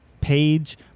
page